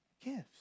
gifts